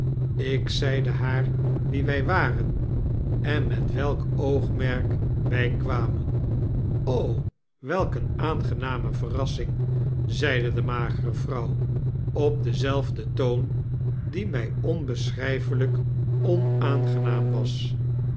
ik zeide haar wie wij waren en met welk oogmerk wy kwamen welk eene aangename verrassing zeide de magere vrouw op denzelfden toon die mij onbeschryfelyk onaangenaam was